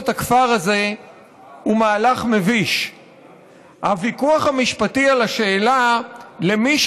הכפר הזה מדי פעם מחדש, 136 פעמים.